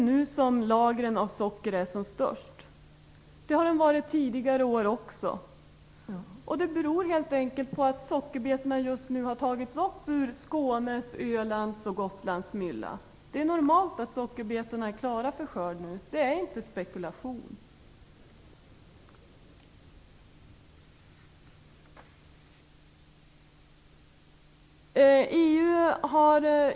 Det har de varit vid den här tidpunkten under tidigare år också. Det beror helt enkelt på att sockerbetorna just nu har tagits upp ur Skånes, Ölands och Gotlands mylla. Det är normalt att sockerbetorna är klara för skörd nu. Det är ingen spekulation.